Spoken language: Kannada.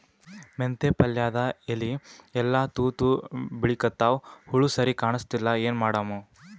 ಮೆಂತೆ ಪಲ್ಯಾದ ಎಲಿ ಎಲ್ಲಾ ತೂತ ಬಿಳಿಕತ್ತಾವ, ಹುಳ ಸರಿಗ ಕಾಣಸ್ತಿಲ್ಲ, ಏನ ಮಾಡಮು?